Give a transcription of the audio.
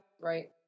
Right